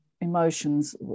emotions